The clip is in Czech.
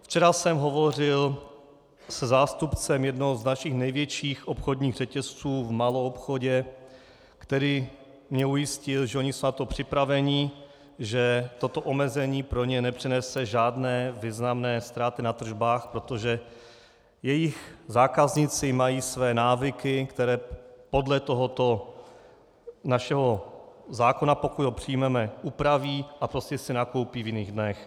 Včera jsem hovořil se zástupcem jednoho z našich největších obchodních řetězců v maloobchodě, který mě ujistil, že oni jsou na to připraveni, že toto omezení pro ně nepřinese žádné významné ztráty na tržbách, protože jejich zákazníci mají své návyky, které podle tohoto našeho zákona, pokud ho přijmeme, upraví a prostě si nakoupí v jiných dnech.